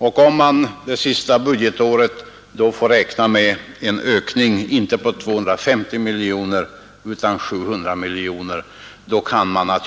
Om man således för det sista budgetåret får räkna med en ökning inte på 250 miljoner utan på 700 miljoner, kan man